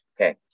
Okay